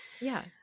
Yes